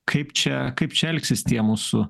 kaip čia kaip čia elgsis tie mūsų